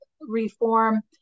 reform